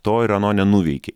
to ir ano nenuveikei